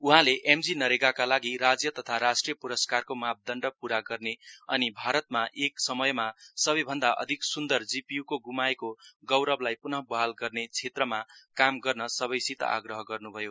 उहाँले M G नरेगाकै लागि राज्य तथा राष्ट्रिय प्रस्कारको मापदण्ड पूरा गर्ने अनि भारतमा एक समयमा सबै भन्द अधिक सुन्दर जीपीयू को गुमाएको गौरवलाई पुन बहाल गरने श्रेत्रमा काम गर्ने सबै सित आग्रह गर्नुभयो